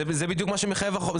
זה בדיוק מה שמחייב החוק.